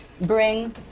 bring